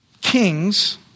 kings